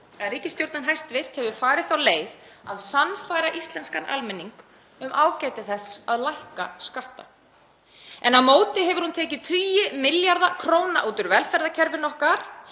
að hæstv. ríkisstjórn hefur farið þá leið að sannfæra íslenskan almenning um ágæti þess að lækka skatta, en á móti hefur hún tekið tugi milljarða króna út úr velferðarkerfinu okkar.